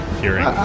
hearing